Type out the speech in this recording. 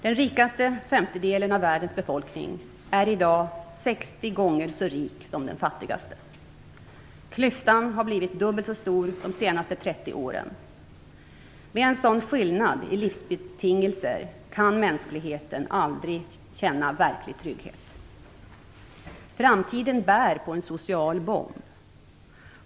Den rikaste femtedelen av världens befolkning är i dag 60 gånger så rik som den fattigaste. Klyftan har blivit dubbel så stor de senaste 30 åren. Med en sådan skillnad i livsbetingelser kan mänskligheten aldrig känna verklig trygghet. Framtiden bär på en "social bomb".